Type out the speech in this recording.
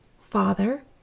Father